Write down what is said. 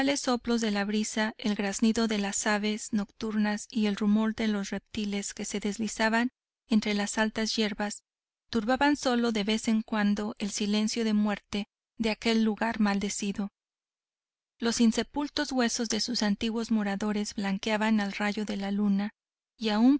soplos de la brisa el graznido de las aves nocturnas y el rumor de los reptiles que se deslizaban entre las altas hierbas turbaban sólo de vez en cuando el silencio de la muerte de aquel lugar maldecido los insepultos huesos de sus antiguos moradores blanqueaban al rayo de la luna y aún